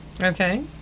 Okay